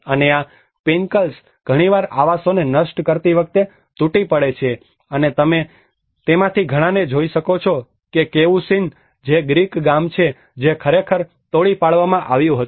અને આ પિનકલ્સ ઘણીવાર આવાસોને નષ્ટ કરતી વખતે તૂટી પડે છે અને તમે તેમાંથી ઘણાને જોઈ શકો છો કેવુસિન જે ગ્રીક ગામ છે જે ખરેખર તોડી પાડવામાં આવ્યું છે